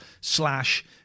slash